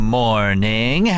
morning